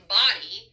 body